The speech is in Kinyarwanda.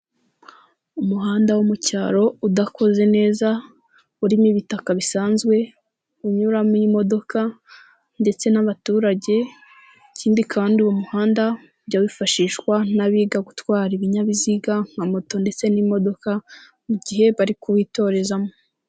Umuhanda wo mu cyaro udakoze neza, urimo ibitaka bisanzwe, unyuramo imodoka ndetse n'abaturage, ikindi kandi uwo muhanda ujya wifashishwa n'abiga gutwara ibinyabiziga nka moto ndetse n'imodoka mu gihe bari kuwitorezamo.